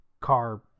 car